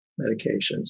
medications